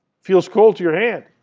feels cold to your hand.